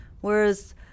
Whereas